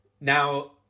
now